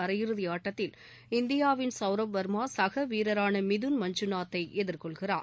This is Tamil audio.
அரையிறுதி ஆட்டத்தில் இந்தியாவின் சவ்ரவ் வர்மா சக வீரரான மிதுன் மஞ்சுநாத்தை எதிர்கொள்கிறார்